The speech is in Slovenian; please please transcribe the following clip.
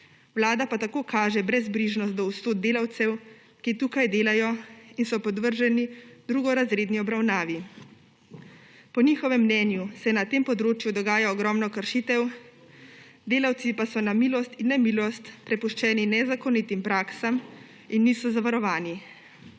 vlada pa tako kaže brezbrižnost do usod delavcev, ki tu delajo in so podvrženi drugorazredni obravnavi. Po njihovem mnenju se na tem področju dogaja ogromno kršitev, delavci pa so na milost in nemilost prepuščeni nezakonitim praksam in niso zavarovani.